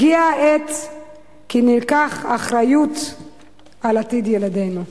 הגיעה העת שניקח אחריות על עתיד ילדינו.